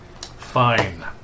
Fine